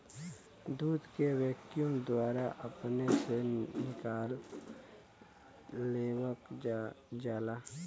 दूध के वैक्यूम द्वारा अपने से निकाल लेवल जाला